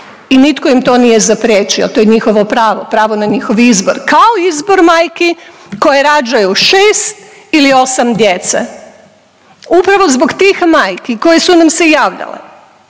i nitko im to nije zapriječio to je njihovo pravo, pravo na njihov izbor, kao i zbog majki koje rađaju šest ili osam djece. Upravo zbog tih majki koje su nam se javljale,